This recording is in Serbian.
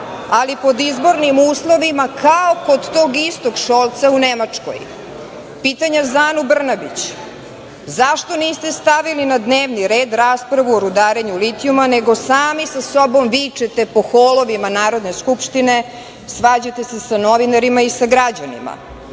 ali pod izbornim uslovima kao kod tog istog Šolca u Nemačkoj. Pitanje za Anu Brnabić - zašto niste stavili na dnevni red raspravu o rudarenju litijuma, nego sami sa sobom vičete po holovima Narodne skupštine, svađate se sa novinarima i sa građanima,